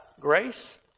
grace